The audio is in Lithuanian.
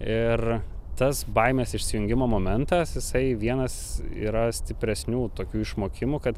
ir tas baimės išsijungimo momentas jisai vienas yra stipresnių tokių išmokimų kad